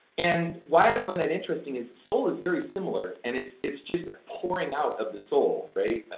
and why i find that interesting is soul is very similar and it's it's just a pouring out of the soul, right?